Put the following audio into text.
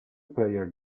player